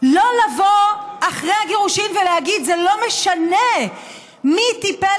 לא לבוא אחרי הגירושים ולהגיד: זה לא משנה מי טיפל